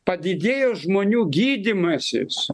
padidėjo žmonių gydymasis